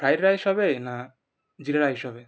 fried rice হবে না জিরা রাইস হবে